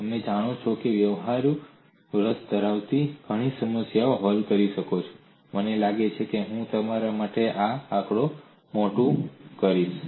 તમે જાણો છો કે વ્યવહારુ રસ ધરાવતી ઘણી સમસ્યાઓ હલ થઈ શકે છે મને લાગે છે કે હું તમારા માટે આ આંકડો મોટું કરીશ